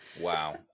wow